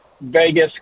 Vegas